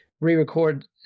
re-record